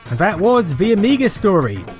that was the amiga story.